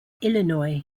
illinois